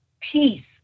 peace